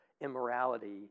immorality